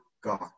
God